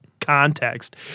context